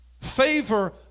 Favor